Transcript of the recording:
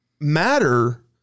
matter